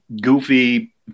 goofy